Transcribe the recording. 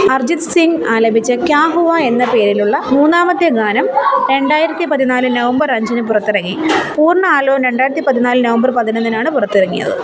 അർജിത് സിംഗ് ആലപിച്ച ക്യാ ഹുവ എന്ന പേരിലുള്ള മൂന്നാമത്തെ ഗാനം രണ്ടായിരത്തി പതിനാല് നവംബർ അഞ്ചിന് പുറത്തിറങ്ങി പൂർണ്ണ ആലോ രണ്ടായിരത്തി പതിനാല് നവംബർ പതിനൊന്നിനാണ് പുറത്തിറങ്ങിയത്